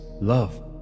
love